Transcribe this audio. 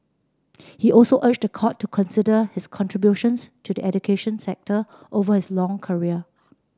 he also urged the court to consider his contributions to the education sector over his long career